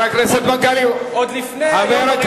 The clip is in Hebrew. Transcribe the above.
עוד לפני, עכשיו?